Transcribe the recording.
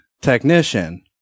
technician